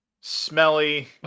smelly